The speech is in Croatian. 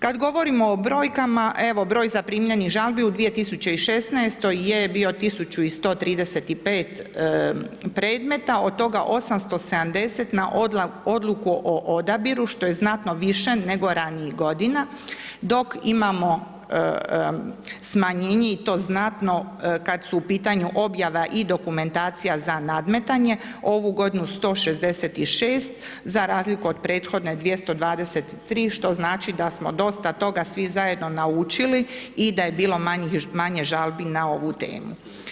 Kad govorimo o brojkama, broj zaprimljenih žalbi u 2016. je 1135 predmeta, od toga 870 na odluku o odabiru što je znatno više nego ranijih godina dok imamo smanjenje i to znatno kad su u pitanju objava i dokumentacija za nadmetanje, ovu godinu 166, za razliku od prethodne 223 što znači da smo dosta toga svi zajedno naučili i da je bilo manjih žalbi na ovu temu.